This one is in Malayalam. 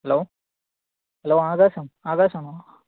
ഹലോ ഹലോ ആകാശാണോ ആകാശാണോ